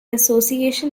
association